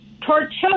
tortilla